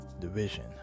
division